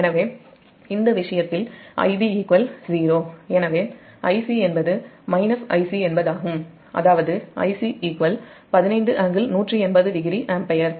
எனவே இந்த விஷயத்தில் Ib 0 எனவே Ic என்பது Ic என்பதாகும் அதாவது Ic 15∟1800 ஆம்பியர்